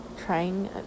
trying